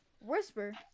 Whisper